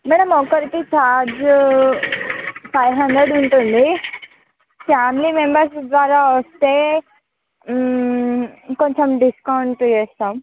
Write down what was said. madam ఒకసారికి charge five hundred ఉంటుంది family members ద్వారా వస్తే కొంచెం డిస్కౌంట్ వేస్తాం